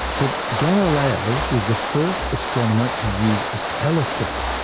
but galileo was the first astronomer to use a telescope,